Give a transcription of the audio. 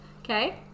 Okay